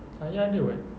ayah ada [what]